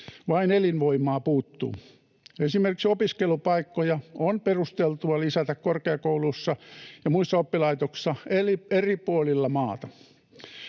Vain elinvoimaa puuttuu. Esimerkiksi opiskelupaikkoja on perusteltua lisätä korkeakouluissa ja muissa oppilaitoksissa eri puolilla maata.